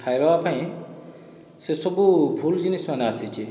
ଖାଇବା ପାଇଁ ସେସବୁ ଭୁଲ ଜିନିଷ୍ ମାନେ ଆସିଛେ